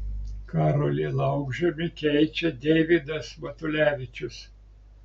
karolį laukžemį keičia deivydas matulevičius